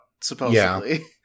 supposedly